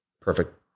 perfect